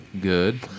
Good